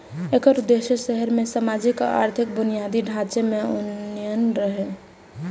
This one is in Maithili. एकर उद्देश्य शहर मे सामाजिक आ आर्थिक बुनियादी ढांचे के उन्नयन रहै